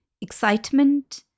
excitement